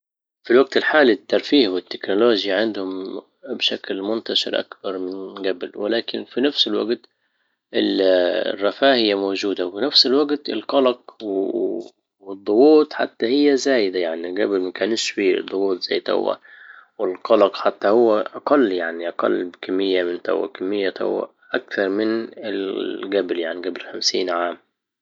في الوقت الحالي الترفيه والتكنولوجيا عندهم بشكل منتشر اكبر من جبل ولكن في نفس الوجت الرفاهية موجودة وبنفس الوقت القلق والضغوط حتى هي زايدة يعني قبل ما كانش فيه ضغوط زي توه والقلق حتى هو اقل يعني اقل بكمية من كمية اكثر من يعني قبل خمسين عام